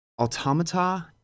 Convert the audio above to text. Automata